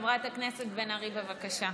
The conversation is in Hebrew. חברת הכנסת מירב בן ארי, בבקשה.